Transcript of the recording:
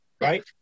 right